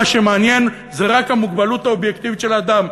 שמעניין זה רק המוגבלות האובייקטיבית של האדם,